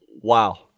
wow